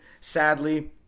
sadly